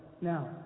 Now